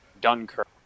Dunkirk